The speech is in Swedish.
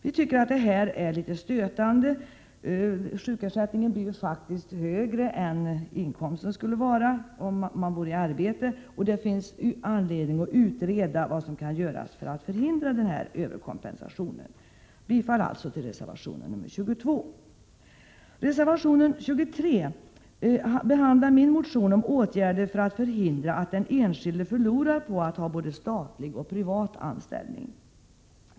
Vi anser att det är stötande att sjukersättningen kan bli högre än vad inkomsten skulle vara om man vore i arbete, och det finns därför anledning att utreda vad som kan göras för att förhindra den här överkompensationen. Jag yrkar bifall till reservation nr 22. Reservation nr 23 tar upp min motion om åtgärder för att förhindra att den enskilde förlorar på att ha både statlig och privat anställning.